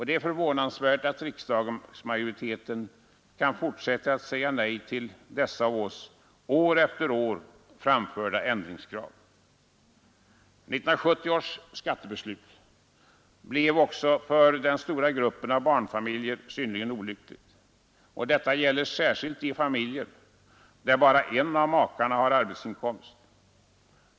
Det är förvånansvärt att riksdagsmajoriteten kan fortsätta att säga nej till dessa av oss år efter år framförda ändringskrav. 1970 års skattebeslut blev också för den stora gruppen av barnfamiljer synnerligen olyckligt. Detta gäller särskilt de familjer där bara en av makarna har arbetsinkomst.